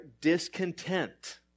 discontent